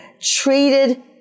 treated